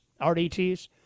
RDTs